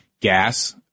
gas